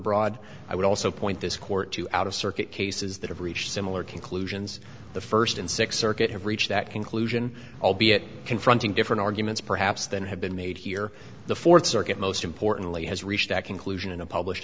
overbroad i would also point this court to out of circuit cases that have reached similar conclusions the first in six circuit have reached that conclusion albeit confronting different arguments perhaps than have been made here the fourth circuit most importantly has reached that conclusion in a published